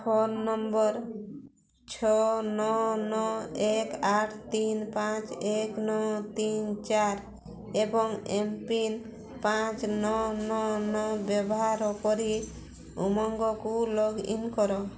phone number ଛଅ ନଅ ନଅ ଏକ ଆଠ ତିନି ପାଞ୍ଚ ଏକ ନଅ ତିନି ଚାରି ଏବଂ ଏମ୍ପିନ୍ ପାଞ୍ଚ ନଅ ନଅ ନଅ ବ୍ୟବହାର କରି ଉମଙ୍ଗକୁ ଲଗ୍ଇନ କର